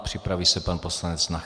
Připraví se pan poslanec Nacher.